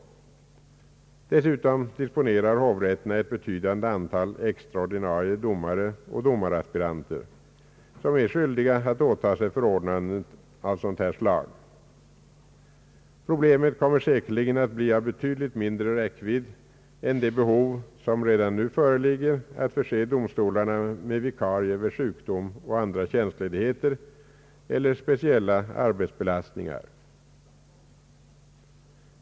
Dessutom disponerar hovrätterna ett betydande antal extraordinarie domare och domaraspiranter som är skyldiga att åta sig förordnanden av dylikt slag. Problemet kommer säkerligen att bli av betydligt mindre räckvidd än det behov som redan nu föreligger att förse domstolarna med vikarier vid sjukdom och tjänstledigheter eller speciella arbetsbelastningar.